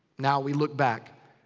now we look back.